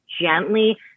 gently